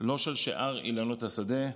לא של שאר אילנות השדה,